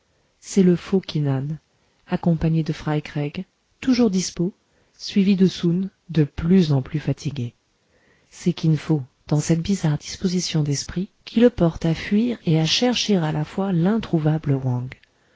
c'est le faux ki nan accompagné de fry craig toujours dispos suivi de soun de plus en plus fatigué c'est kin fo dans cette bizarre disposition d'esprit qui le porte à fuir et à chercher à la fois l'introuvable wang